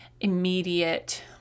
immediate